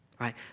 right